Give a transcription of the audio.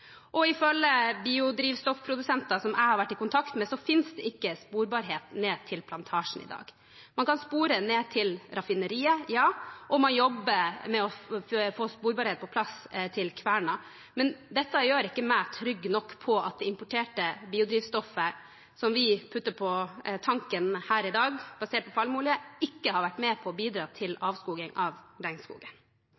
Ifølge biodrivstoffprodusenter som jeg har vært i kontakt med, finnes det ikke sporbarhet ned til plantasjer i dag. Man kan spore det ned til raffineriet, og man jobber med å få sporbarhet på plass til kverna. Men dette gjør ikke meg trygg nok på at det importerte biodrivstoffet som er basert på palmeolje, og som vi putter på tanken i dag, ikke har vært med på å bidra til